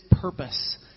purpose